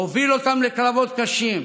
הוביל אותם לקרבות קשים,